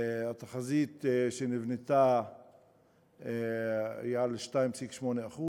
התחזית שנבנתה הייתה ל-2.8%,